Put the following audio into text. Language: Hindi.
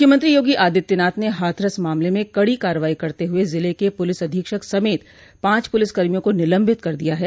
मुख्यमंत्री योगी आदित्यनाथ ने हाथरस मामले में कड़ी कार्रवाई करते हुए जिले क पुलिस अधीक्षक समेत पांच पुलिसकर्मियों को निलंबित कर दिया है